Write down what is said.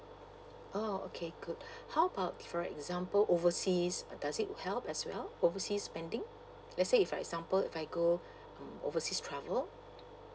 oh okay good how about for example overseas does it help as well oversea spending let's say if for example if I go overseas travel